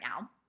now